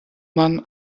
man